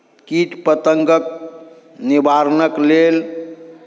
कीट पतङ्गक निवारणक लेल